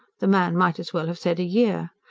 the man might as well have said a year.